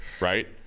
right